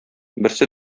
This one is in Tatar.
берсе